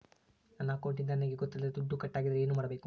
ನನ್ನ ಅಕೌಂಟಿಂದ ನನಗೆ ಗೊತ್ತಿಲ್ಲದೆ ದುಡ್ಡು ಕಟ್ಟಾಗಿದ್ದರೆ ಏನು ಮಾಡಬೇಕು?